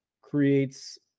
creates